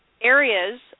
areas